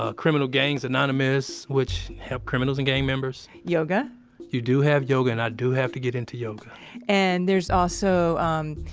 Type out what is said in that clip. ah criminal gangs anonymous, which help criminals and gang members yoga you do have yoga, and i do have to get into yoga and there's also, um,